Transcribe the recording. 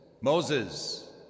Moses